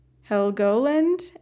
Helgoland